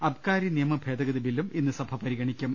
അബ്കാരി നിയമ ഭേദഗതി ബില്ലും ഇന്ന് സഭ പരിഗണിക്കും